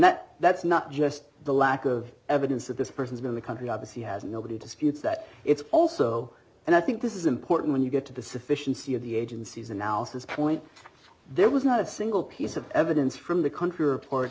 that that's not just the lack of evidence that this person in the country obviously has nobody disputes that it's also and i think this is important when you get to the sufficiency of the agency's analysis point there was not a single piece of evidence from the country